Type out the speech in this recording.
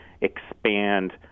expand